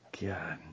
God